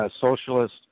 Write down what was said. socialist